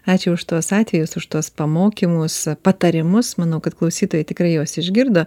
ačiū už tuos atvejus už tuos pamokymus patarimus manau kad klausytojai tikrai juos išgirdo